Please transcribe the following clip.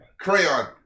Crayon